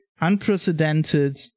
unprecedented